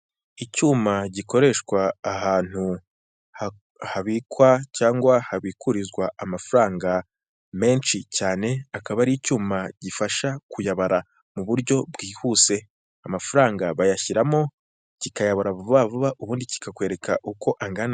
Icyuma gikoreshwa ahantu habikwa cyangwa habikurizwa amafaranga menshi cyane,, akaba ari icyuma gifasha kuyabara mu buryo bwihuse, amafaranga bayashyiramo kikayaburara vuba vuba ubundi kikakwereka uko angana.